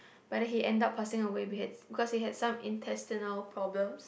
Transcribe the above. but he ended up passing away we had because he had some intestinal problem